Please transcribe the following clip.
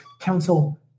council